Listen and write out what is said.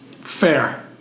Fair